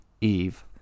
Eve